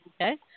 okay